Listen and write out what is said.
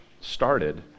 started